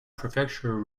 prefecture